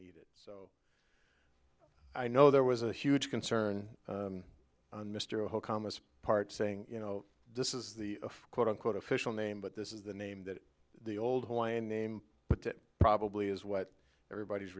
needed i know there was a huge concern on mr o camas part saying you know this is the quote unquote official name but this is the name that the old hawaiian name but it probably is what everybody's